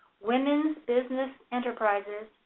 women's business enterprises,